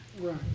Right